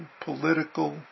political